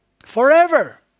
Forever